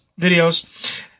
videos